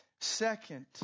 Second